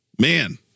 man